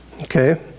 Okay